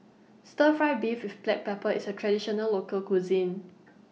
Stir Fry Beef with Black Pepper IS A Traditional Local Cuisine